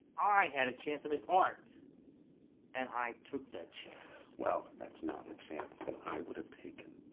i had a chance to make art and i took that chance. well that's not a chance that i would have taken.